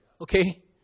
Okay